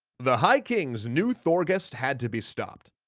the high kings knew thorgest had to be stopped.